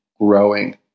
growing